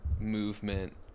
movement